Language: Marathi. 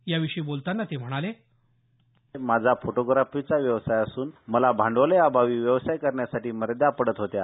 याविषयी बोलतांना ते म्हणाले माझा फोटोग्राफिचा व्यवसाय असून मला भांडवला अभावी व्यवसाय करण्यासाठी मर्यादा पडत होत्या